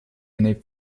eine